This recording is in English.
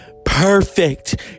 perfect